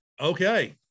Okay